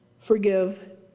forgive